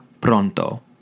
pronto